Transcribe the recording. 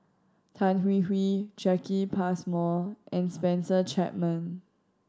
Tan Hwee Hwee Jacki Passmore and Spencer Chapman